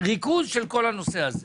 ריכוז של כל הנושא הזה.